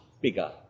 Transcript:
bigger